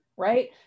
right